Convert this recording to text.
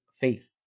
faith